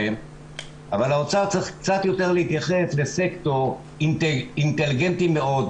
אבל האוצר צריך קצת יותר להתייחס לסקטור אינטליגנטי מאוד,